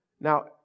now